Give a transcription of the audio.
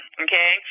okay